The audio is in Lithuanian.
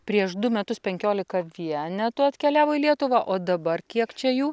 prieš du metus penkiolika vienetų atkeliavo į lietuvą o dabar kiek čia jų